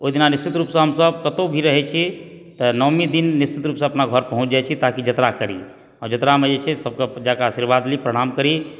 ओहि दिना निश्चित रूपसंँ हमसब कतहुँ भी रहए छी तऽनओमी दिन निश्चित रूपसंँ अपना घर पहुँच जाय छी ताकि जतरा करी आ जतरामे ई छै सबकेँ अपन जाके आशीर्वाद ली प्रणाम करी